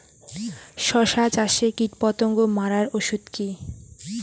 শসা চাষে কীটপতঙ্গ মারার ওষুধ কি?